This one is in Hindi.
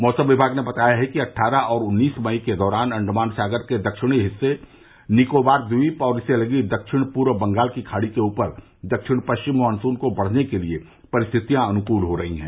मौसम विभाग ने बताया है कि अट्ठारह और उन्नीस मई के दौरान अंडमान सागर के दक्षिणी हिस्से निकोबार द्वीप और इससे लगी दक्षिण पूर्व बंगाल की खाड़ी के ऊपर दक्षिण पश्चिम मॉनसून के बढ़ने के लिए परिस्थितियां अनुकूल हो रही हैं